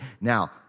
Now